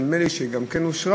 שנדמה לי שגם היא אושרה,